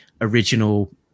original